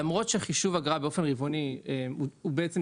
למרות שחישוב האגרה באופן רבעוני היא דרך